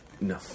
No